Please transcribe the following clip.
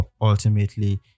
ultimately